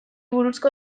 buruzko